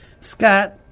Scott